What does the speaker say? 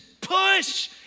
push